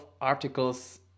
articles